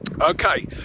okay